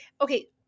okay